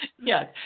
Yes